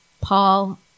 Paul